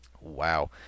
Wow